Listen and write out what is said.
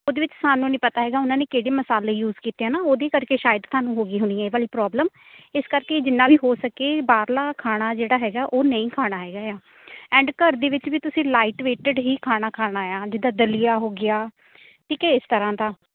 ਉਹਦੇ ਵਿੱਚ ਸਾਨੂੰ ਨਹੀਂ ਪਤਾ ਹੈਗਾ ਉਹਨਾਂ ਨੇ ਕਿਹੜੇ ਮਸਾਲੇ ਯੂਜ ਕੀਤੇ ਆ ਨਾ ਉਹਦੇ ਕਰਕੇ ਸ਼ਾਇਦ ਤੁਹਾਨੂੰ ਹੋ ਗਈ ਹੋਣੀ ਇਹ ਵਾਲੀ ਪ੍ਰੋਬਲਮ ਇਸ ਕਰਕੇ ਜਿੰਨਾਂ ਵੀ ਹੋ ਸਕੇ ਬਾਹਰਲਾ ਖਾਣਾ ਜਿਹੜਾ ਹੈਗਾ ਉਹ ਨਹੀਂ ਖਾਣਾ ਹੈਗਾ ਆ ਐਂਡ ਘਰ ਦੇ ਵਿੱਚ ਵੀ ਤੁਸੀਂ ਲਾਈਟ ਵੇਟਡ ਹੀ ਖਾਣਾ ਖਾਣਾ ਆ ਜਿੱਦਾਂ ਦਲੀਆ ਹੋ ਗਿਆ ਠੀਕ ਹੈ ਇਸ ਤਰ੍ਹਾਂ ਦਾ